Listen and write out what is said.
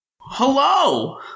Hello